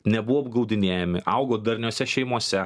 nebuvo apgaudinėjami augo darniose šeimose